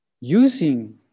using